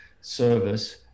service